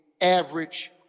average